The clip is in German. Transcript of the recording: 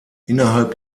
innerhalb